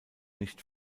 nicht